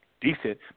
Decent